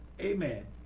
amen